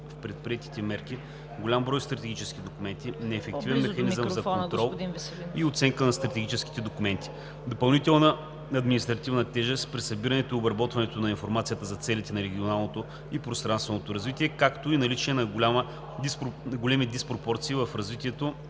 в предприетите мерки, голям брой стратегически документи, неефективен механизъм за контрол и оценка на стратегическите документи, допълнителна административна тежест при събирането и обработването на информация за целите на регионалното и пространственото развитие, както и наличие на големи диспропорции в развитието